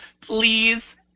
please